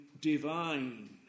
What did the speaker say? divine